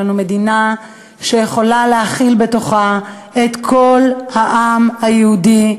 יש לנו מדינה שיכולה להכיל בתוכה את כל העם היהודי,